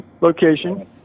Location